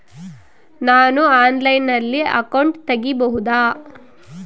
ನಾನು ಆನ್ಲೈನಲ್ಲಿ ಅಕೌಂಟ್ ತೆಗಿಬಹುದಾ?